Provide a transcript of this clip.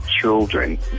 children